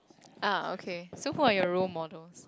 ah okay so who are your role models